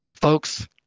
Folks